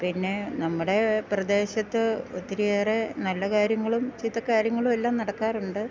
പിന്നെ നമ്മുടെ പ്രദേശത്ത് ഒത്തിരിയേറെ നല്ല കാര്യങ്ങളും ചീത്ത കാര്യങ്ങളു എല്ലാം നടക്കാറുണ്ട്